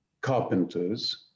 carpenters